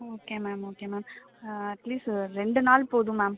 ம் okay ma'am okay ma'am at least ஒரு ரெண்டு நாள் போதும் மேம்